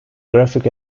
graphic